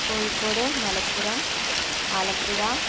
Kozhikode Malappuram Alappuzha